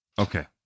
Okay